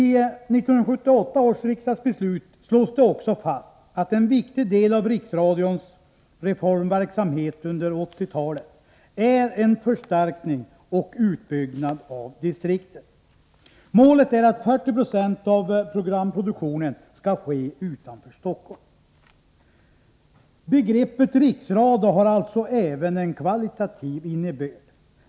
I 1978 års riksdagsbeslut slås det också fast att en förstärkning och utbyggnad av distrikten är en viktig del av Riksradions reformverksamhet under 1980-talet. Målet är att 4026 av programproduktionen skall ske utanför Stockholm. Begreppet riksradio har alltså även en kvalitativ innebörd.